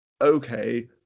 okay